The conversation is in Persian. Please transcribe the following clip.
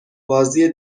بازی